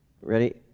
ready